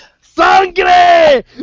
Sangre